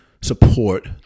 support